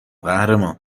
قهرمان